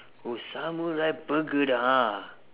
oh samurai burger ah